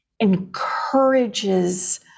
encourages